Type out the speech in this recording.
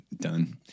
done